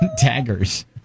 daggers